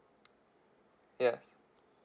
yes